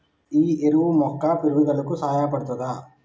ఈ ఎరువు మొక్క పెరుగుదలకు సహాయపడుతదా?